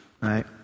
right